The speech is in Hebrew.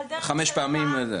חמש פעמים.